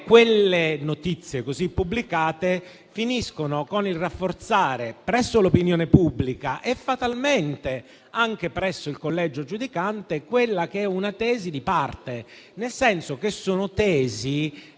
quelle notizie così pubblicate finiscono con il rafforzare presso l'opinione pubblica e, fatalmente, anche presso il collegio giudicante, quella che è una tesi di parte, nel senso che sono tesi